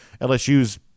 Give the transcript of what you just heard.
LSU's